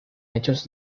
hechos